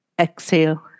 Exhale